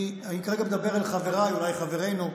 אני כרגע מדבר אל חבריי, אולי אל חברינו,